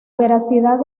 veracidad